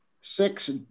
six